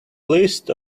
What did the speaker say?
list